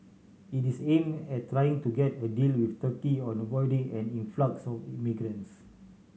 it is aimed at trying to get a deal with Turkey on avoiding an influx of migrants